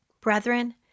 Brethren